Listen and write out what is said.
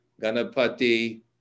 Ganapati